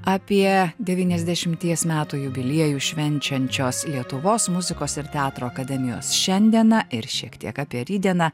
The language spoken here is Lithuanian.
apie devyniasdešimties metų jubiliejų švenčiančios lietuvos muzikos ir teatro akademijos šiandieną ir šiek tiek apie rytdieną